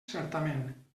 certament